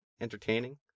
entertaining